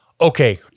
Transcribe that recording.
Okay